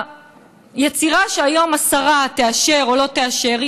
היצירה שהיום השרה תאשר או לא תאשר היא